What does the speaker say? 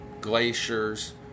glaciers